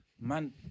Man